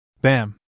Bam